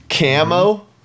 Camo